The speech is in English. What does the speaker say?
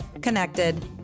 connected